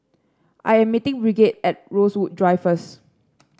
I'm meeting Bridgett at Rosewood Drive first